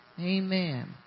Amen